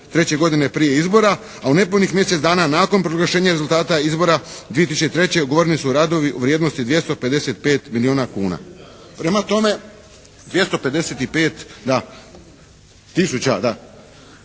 2003. godine prije izbora a u nepunih mjesec dana nakon proglašenja rezultata izbora 2003. ugovoreni su radovi u vrijednosti 255 milijuna kuna. Prema tome, tražimo